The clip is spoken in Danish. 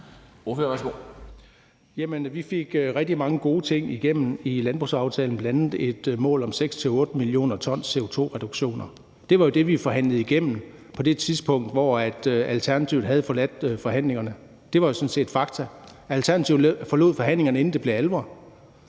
Vi fik rigtig mange gode ting igennem i landbrugsaftalen, bl.a. et mål om 6-8 mio. t CO2-reduktioner. Det var det, vi forhandlede igennem på det tidspunkt, hvor Alternativet havde forladt forhandlingerne, og det var sådan set fakta. Alternativet forlod forhandlingerne, inden det blev alvor,